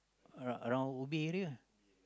around around Ubi area